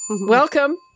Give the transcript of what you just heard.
Welcome